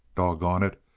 doggone it,